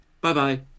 Bye-bye